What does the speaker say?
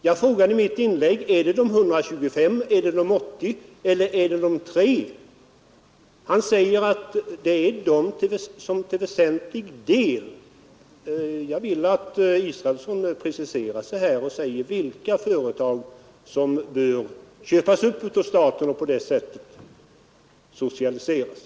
Jag frågade i mitt inlägg: Gäller det de 125, de 80 eller de 3 Krigsmaterielexföretagen? Han säger att det gäller de företag som till väsentlig del ägnar — POrt m.m. sig åt denna produktion. Jag vill att han preciserar sig här och talar om vilka företag som skall köpas upp av staten och på det sättet socialiseras.